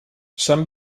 sant